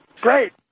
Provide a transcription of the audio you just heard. Great